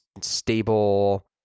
stable